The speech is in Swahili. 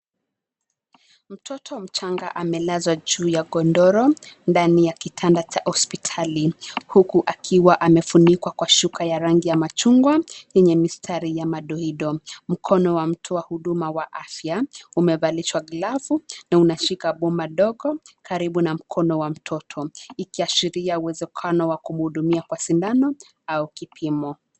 Mtoto mchanga amelazwa juu ya godoro ndani ya kitanda cha hospitali, huku akiwa amefunikwa kwa shuka ya rangi ya machungwa yenye mistari ya madoido. Mkono wa mtu wa huduma wa afya umevalishwa glavu na unashika boma dogo karibu na mkono wa mtoto, ikiashiria uwezekano wa kumuhudumia kwa sindano au kipimo.